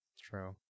True